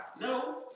No